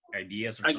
ideas